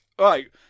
right